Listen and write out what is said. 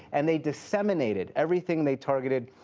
and they disseminated everything they targeted,